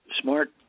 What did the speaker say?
smart